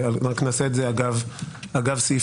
ונעשה את זה אגב סעיפים.